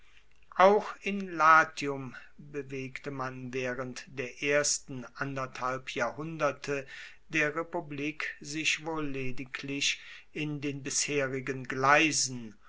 auch in latium bewegte man waehrend der ersten anderthalb jahrhunderte der republik sich wohl lediglich in den bisherigen gleisen